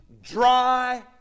dry